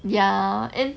ya and